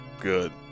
Good